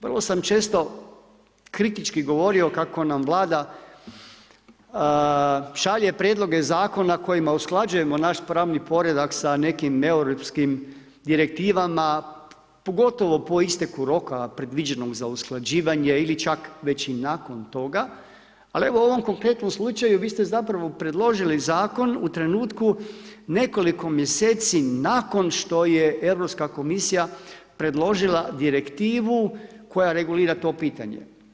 Vrlo sam često kritički govorio kako nam vlada šalje prijedloge zakona kojima usklađujemo naš pravni poredak sa nekim europskim direktivama, pogotovo po isteku roka predviđenog za usklađivanje ili čak već i nakon toga, ali evo u ovom konkretnom slučaju vi ste zapravo predložili zakon u trenutku nekoliko mjeseci nakon što je europska komisija predložila direktivu koja regulira to pitanje.